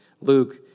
Luke